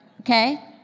okay